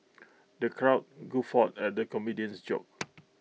the crowd guffawed at the comedian's jokes